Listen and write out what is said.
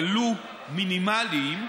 ולו מינימליים,